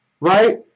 right